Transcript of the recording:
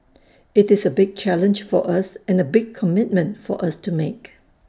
IT is A big challenge for us and A big commitment for us to make